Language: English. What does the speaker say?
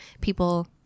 people